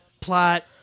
plot